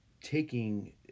taking